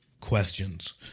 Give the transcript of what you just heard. questions